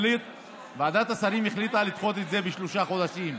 ועדת השרים החליטה לדחות את זה בשלושה חודשים.